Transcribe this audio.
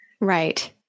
Right